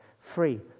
free